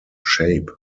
shape